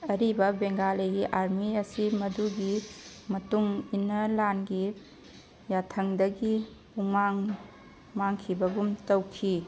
ꯑꯔꯤꯕ ꯕꯦꯡꯒꯥꯂꯤꯒꯤ ꯑꯥꯔꯃꯤ ꯑꯁꯤ ꯃꯗꯨꯒꯤ ꯃꯇꯨꯡ ꯏꯟꯅ ꯂꯥꯟꯒꯤ ꯌꯥꯊꯪꯗꯒꯤ ꯄꯨꯡꯃꯥꯡ ꯃꯥꯡꯈꯤꯕꯒꯨꯝ ꯇꯧꯈꯤ